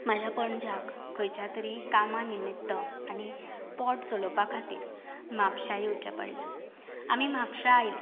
म्हज्या पणज्याक खंयच्या तरी कामा निमित्त आनी पोट चलोवपा खातीर म्हापशां येवचें पडलें आमी म्हापशां आयलीं